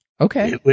Okay